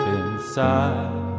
inside